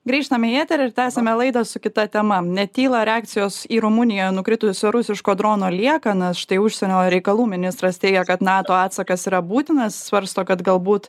grįžtame į eterį ir tęsiame laidą su kita tema netyla reakcijos į rumuniją nukritusio rusiško drono liekanas štai užsienio reikalų ministras teigia kad nato atsakas yra būtinas svarsto kad galbūt